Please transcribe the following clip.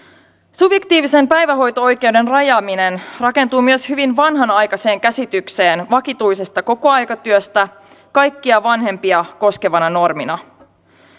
subjektiivisen päivähoito oikeuden rajaaminen rakentuu myös hyvin vanhanaikaiseen käsitykseen vakituisesta kokoaikatyöstä kaikkia vanhempia koskevana normina